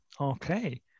Okay